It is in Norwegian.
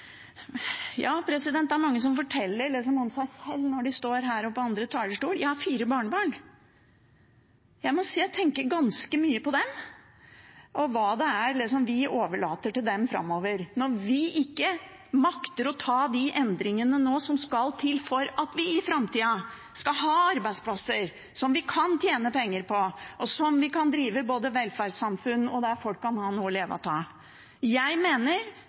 har fire barnebarn, og jeg må si jeg tenker ganske mye på dem og hva det er vi overlater til dem framover, når vi ikke makter å gjøre de endringene som nå skal til for at vi i framtida skal ha arbeidsplasser som vi kan tjene penger på, slik at vi kan drive velferdssamfunnet og folk kan ha noe å leve av. Jeg mener – og jeg er ikke alene om det, det er mange som har mye økonomikompetanse som mener